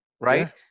right